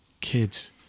kids